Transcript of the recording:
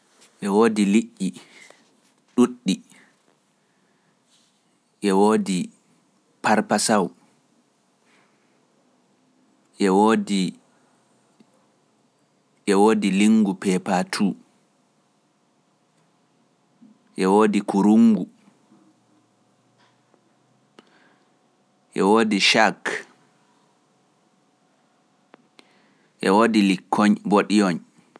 Ɗe woodi ɗuɗɗi, e woodi parpasaw, e woodi lingu pepatu, e woodi kurungu, e woodi lingu shark, e woodi likkoyn bodiyoyn.